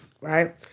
right